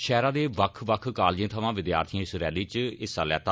शैहरा दे बक्ख बक्ख कालेजें थमा विद्यार्थिए इस रैली इच हिस्सा लैता